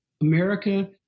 America